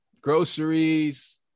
Groceries